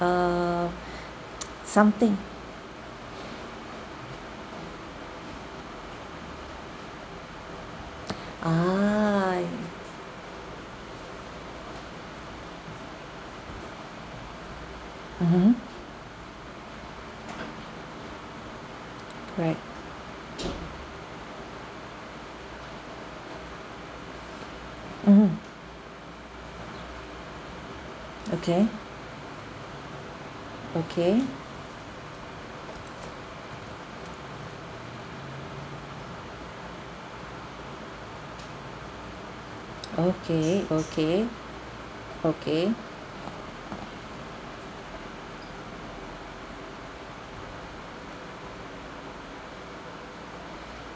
err something a'ah mmhmm right mmhmm okay okay okay okay okay